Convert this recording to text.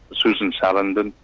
susan sarandon,